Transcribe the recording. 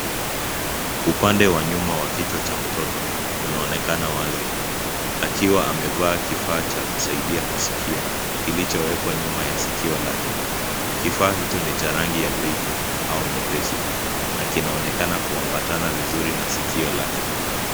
Upande wa nyuma wa kichwa cha mtoto, unaonekana wazi akiwa amevaa kifaa cha kusaidia kusikia kilichowekwa nyuma ya sikio lake. Kifaa hicho ni cha rangi ya beiji au nyepesi, na kinaonekana kuambatana vizuri na sikio lake.